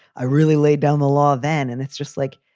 i really lay down the law then and it's just like.